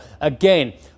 Again